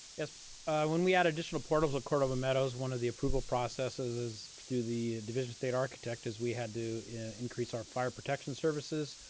yes when we add additional portables at cordova meadows, one of the approval processes is through the division state architect as we had to increase our fire protection services,